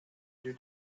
due